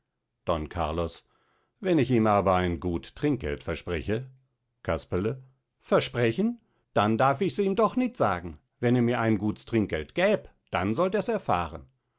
don carlos wenn ich ihm aber ein gut trinkgeld verspreche casperle versprechen dann darf ichs ihm doch nit sagen wenn er mir ein guts trinkgeld gäb dann sollt ers erfahren